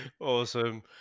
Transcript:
Awesome